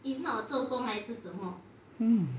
mm